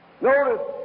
Notice